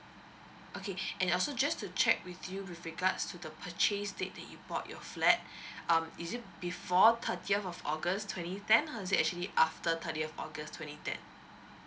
okay and also just to check with you with regards to the purchase date that you bought your flat um is it before thirtieth of august twenty ten or is it actually after thirtieth august twenty ten